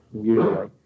usually